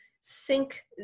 sync